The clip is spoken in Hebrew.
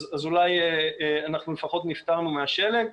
אז אולי אנחנו לפחות נפטרנו מהשלג,